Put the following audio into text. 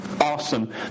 awesome